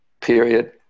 period